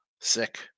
sick